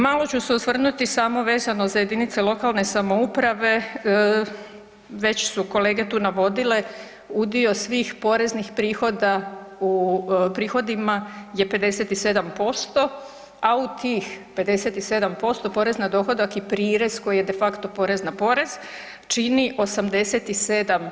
Malo ću se osvrnuti samo vezano za jedinice lokalne samouprave, već su kolege tu navodile udio svih poreznih prihoda u prihodima je 57%, a u tih 57% porez na dohodak i prirez koji je de facto porez na porez čini 87%